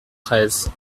treize